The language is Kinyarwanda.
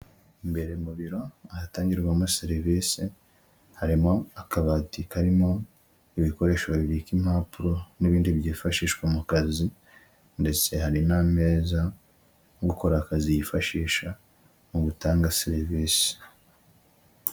Imbere mu biro ahatangirwamo serivisi, harimo akabati karimo ibikoresho bibika impapuro n'ibindi byifashishwa mu kazi ndetse hari n'ameza uri gukora akazi yifashisha mu gutanga serivisi.